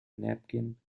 napkin